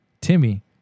Timmy